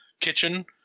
kitchen